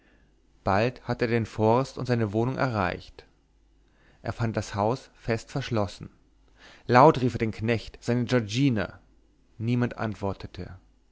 bald hatte er den forst und seine wohnung erreicht er fand das haus fest verschlossen laut rief er den knecht seine giorgina niemand antwortete